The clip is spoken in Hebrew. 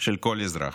של כל אזרח: